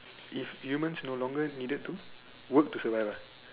if humans no longer needed to work to survive ah